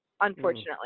unfortunately